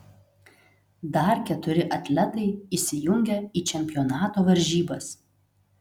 dar keturi atletai įsijungia į čempionato varžybas